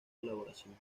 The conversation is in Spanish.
colaboración